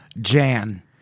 Jan